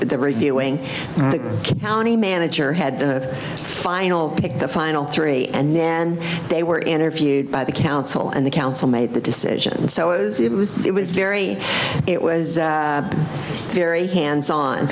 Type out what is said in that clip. the reviewing the manager had the final pick the final three and then they were interviewed by the council and the council made the decision so it was it was it was very it was very hands on